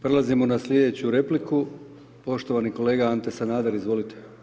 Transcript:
Prelazimo na slijedeću repliku, poštovani kolega Ante Sanader, izvolite.